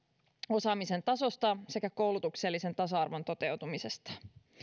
osaamisen tasosta sekä koulutuksellisen tasa arvon toteutumisesta